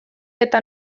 eta